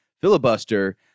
filibuster